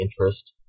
interest